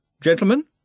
gentlemen